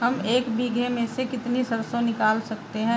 हम एक बीघे में से कितनी सरसों निकाल सकते हैं?